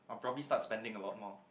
I'll probably start spending a lot more